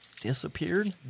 disappeared